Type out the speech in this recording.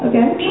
Okay